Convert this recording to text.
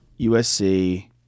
USC